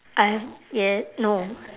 I have ya no